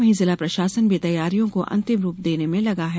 वहीं जिला प्रषासन भी तैयारियों को अंतिम रुप देने में लगा है